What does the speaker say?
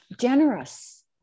generous